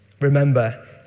remember